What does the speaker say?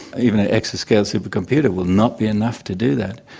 even an exascale supercomputer will not be enough to do that.